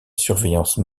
surveillance